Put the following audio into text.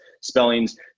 spellings